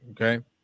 okay